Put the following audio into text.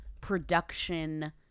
production